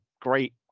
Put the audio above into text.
great